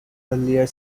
earlier